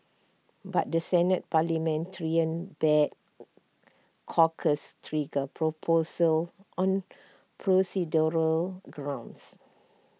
but the Senate parliamentarian barred Corker's trigger proposal on procedural grounds